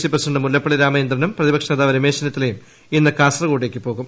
C president Mullappally രാമചന്ദ്രനും പ്രതിപക്ഷ നേതാവ് രമേശ് ചെന്നിത്തലയും ഇന്ന് കാസർകോട്ടേയ്ക്ക് പോകും